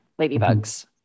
ladybugs